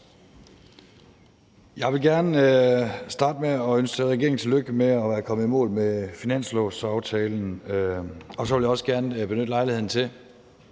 Jeg vil gerne starte med at ønske regeringen tillykke med at være kommet i mål med finanslovsaftalen, og så vil jeg også gerne benytte lejligheden til